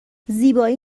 زیبایی